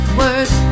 words